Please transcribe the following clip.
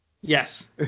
yes